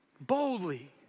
boldly